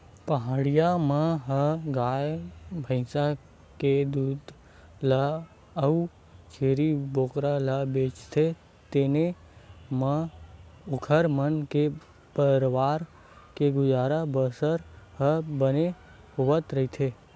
पहाटिया मन ह गाय भइसी के दूद ल अउ छेरी बोकरा ल बेचथे तेने म ओखर मन के परवार के गुजर बसर ह बने होवत रहिथे